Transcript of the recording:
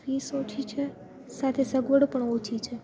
fees ઓછી છે સાથે સગવડો પણ ઓછી છે